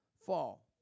fall